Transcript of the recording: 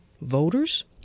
voters